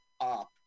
up